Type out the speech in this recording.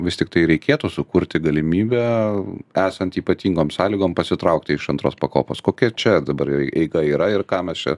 vis tiktai reikėtų sukurti galimybę esant ypatingom sąlygom pasitraukti iš antros pakopos kokia čia dabar eiga yra ir ką mes čia